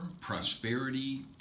Prosperity